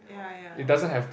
ya ya ya